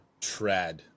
trad